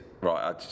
Right